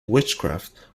witchcraft